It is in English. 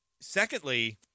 secondly